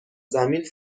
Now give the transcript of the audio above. زمین